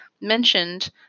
mentioned